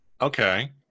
okay